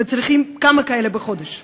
וצריכים כמה כאלה בחודש.